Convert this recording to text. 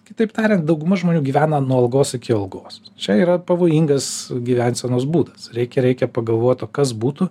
kitaip tariant dauguma žmonių gyvena nuo algos iki algos čia yra pavojingas gyvensenos būdas reikia reikia pagalvot o kas būtų